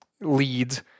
leads